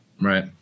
right